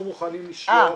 אנחנו מוכנים לשלוח.